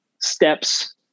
steps